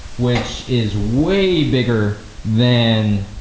which is way bigger than.